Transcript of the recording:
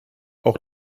auch